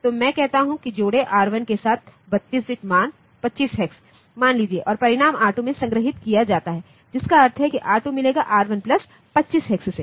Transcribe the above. तो मैं कहता हूं कि जोड़ें R1 के साथ32 बिट मान 25 हेक्स मान लीजिए और परिणाम R2 में संग्रहीत किया जाता है जिसका अर्थ है कि R2 मिलेगा R1 प्लस 25 हेक्स से